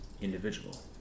individual